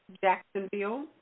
Jacksonville